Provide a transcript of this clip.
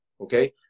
okay